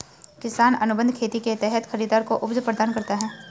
किसान अनुबंध खेती के तहत खरीदार को उपज प्रदान करता है